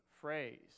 phrase